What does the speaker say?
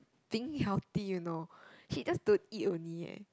being healthy you know she just to eat only eh